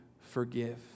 forgive